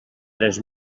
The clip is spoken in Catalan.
tres